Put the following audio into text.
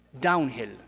downhill